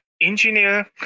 engineer